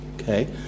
okay